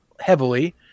heavily